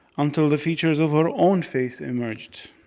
until the features of her own face emerged.